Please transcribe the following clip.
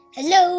Hello